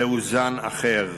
זהו זן אחר,